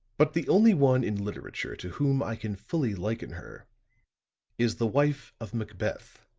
but the only one in literature to whom i can fully liken her is the wife of macbeth.